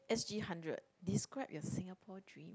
S G hundred describe your Singapore dream